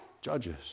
Judges